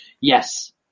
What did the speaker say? yes